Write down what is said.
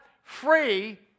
free